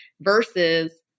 versus